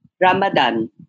Ramadan